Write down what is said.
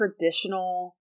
traditional